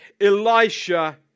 Elisha